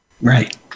Right